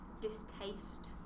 distaste